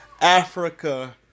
Africa